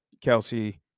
Kelsey